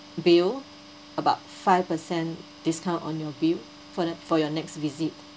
bill about five percent discount on your bill for the for your next visit